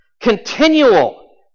Continual